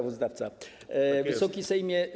Wysoki Sejmie!